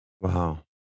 Wow